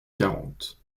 quarante